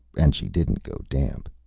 and she didn't go damp.